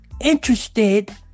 interested